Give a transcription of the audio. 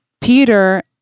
Peter